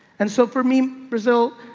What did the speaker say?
and so for me, brazil,